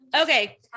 okay